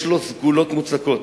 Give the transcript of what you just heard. יש לו סגולות מוצקות,